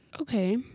Okay